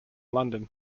london